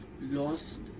lost